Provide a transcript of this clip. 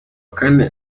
kane